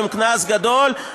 עם קנס גדול,